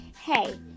Hey